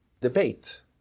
debate